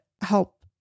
help